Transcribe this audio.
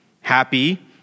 happy